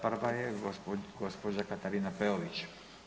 Prva je gospođa Katarina Peović.